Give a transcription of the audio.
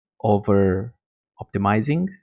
over-optimizing